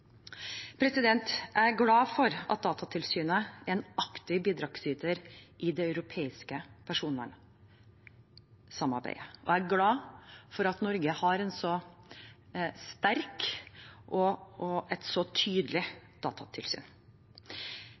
Jeg er glad for at Datatilsynet er en aktiv bidragsyter i det europeiske personvernsamarbeidet, og jeg er glad for at Norge har et så sterkt og tydelig datatilsyn. Digitalisering av tjenester, både i offentlig og